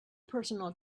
personal